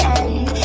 end